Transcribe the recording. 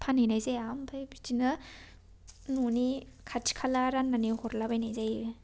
फानहैनाय जाया ओमफ्राय बिदिनो न'नि खाथि खाला राननानै हरलाबायनाय जायो